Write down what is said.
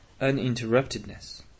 uninterruptedness